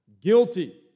guilty